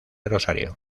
rosario